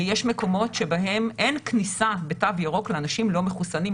יש מקומות שבהם אין כניסה בתו ירוק לאנשים לא מחוסנים,